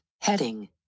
Heading